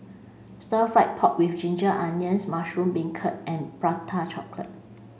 stir fry pork with ginger onions mushroom beancurd and prata chocolate